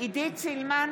עידית סילמן,